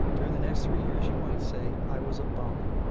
during the next three years, you might say i was a bum.